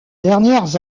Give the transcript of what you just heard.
dernières